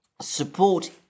support